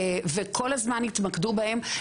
וכל הזמן התמקדו בהם,